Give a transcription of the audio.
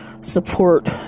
support